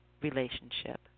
relationship